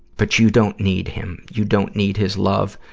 but you don't need him. you don't need his love.